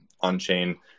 on-chain